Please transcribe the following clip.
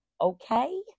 okay